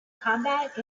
combat